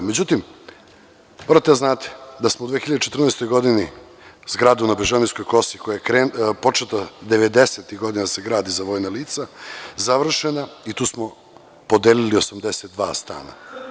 Međutim, morate da znate da smo u 2014. godini zgradu na Bežanijskoj kosi, koja je počela 90-ih godina da se gradi za vojna lica, završili i tu smo podelili 82 stana.